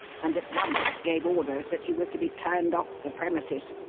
and at once gave orders that he was to be turned off the premises,